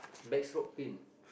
backstroke pin